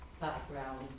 background